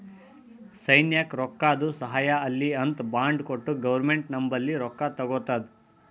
ಸೈನ್ಯಕ್ ರೊಕ್ಕಾದು ಸಹಾಯ ಆಲ್ಲಿ ಅಂತ್ ಬಾಂಡ್ ಕೊಟ್ಟು ಗೌರ್ಮೆಂಟ್ ನಂಬಲ್ಲಿ ರೊಕ್ಕಾ ತಗೊತ್ತುದ